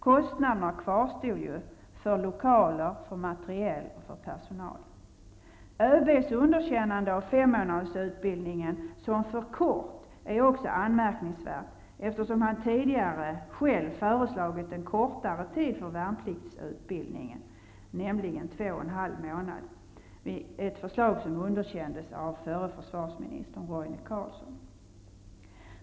Kostnaderna kvarstod ju för lokaler, för materiel och för personal. ÖB:s underkännande av femmånadersutbildningen som för kort är också anmärkningsvärt, eftersom han tidigare själv föreslagit en kortare tid för värnpliktsutbildningen, nämligen två och en halv månad, ett förslag som underkändes av förre försvarsministern Roine Carlsson.